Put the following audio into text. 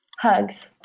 hugs